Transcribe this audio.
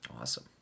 Awesome